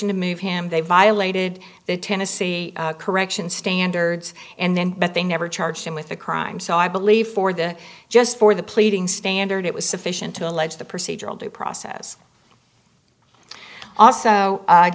n to move him they violated the tennessee corrections standards and then but they never charged him with a crime so i believe for the just for the pleading standard it was sufficient to allege the procedural due process also